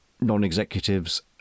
non-executives